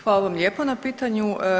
Hvala vam lijepo na pitanju.